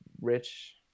rich